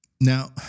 Now